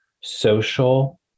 social